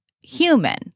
human